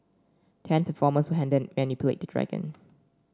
ten performers will handle and manipulate the dragon